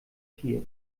tier